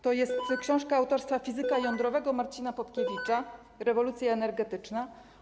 To jest książka autorstwa fizyka jądrowego Marcina Popkiewicza „Rewolucja energetyczna”